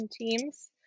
teams